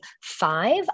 five